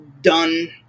done